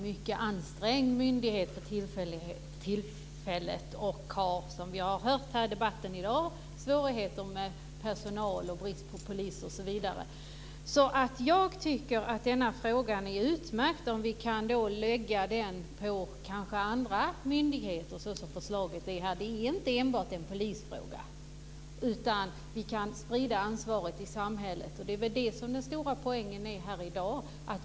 Herr talman! Polisen, Göran Lindblad, är en mycket ansträngd myndighet för tillfället. Man har, som vi har hört här i debatten i dag, svårigheter med personal, brist på poliser osv. Jag tycker att det är utmärkt om vi kanske kan lägga denna fråga på andra myndigheter, så som förslaget är. Det är inte enbart en polisfråga, utan vi kan sprida ansvaret i samhället. Det är den stora poängen här i dag.